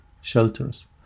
shelters